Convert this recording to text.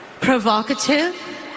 provocative